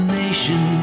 nation